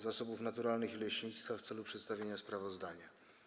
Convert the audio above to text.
Zasobów Naturalnych i Leśnictwa w celu przedstawienia sprawozdania.